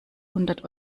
hundert